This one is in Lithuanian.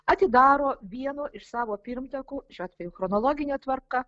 atidaro vieno iš savo pirmtakų šiuo atveju chronologine tvarka